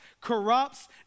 corrupts